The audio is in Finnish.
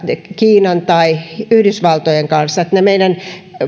kiinan tai yhdysvaltojen kanssa vaan ne meidän